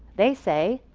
they say,